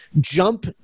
jump